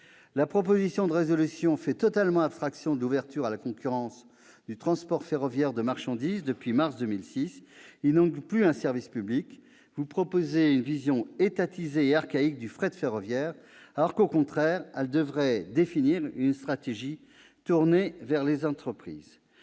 La proposition de résolution fait totalement abstraction de l'ouverture à la concurrence du transport ferroviaire de marchandises depuis mars 2006. Ce n'est plus un service public ! Vous proposez une vision étatisée et archaïque du fret ferroviaire, alors qu'il convient au contraire de définir une stratégie tournée vers les entreprises.